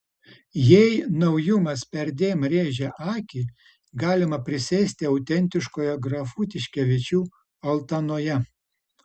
jei naujumas perdėm rėžia akį galima prisėsti autentiškoje grafų tiškevičių altanoje